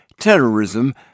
terrorism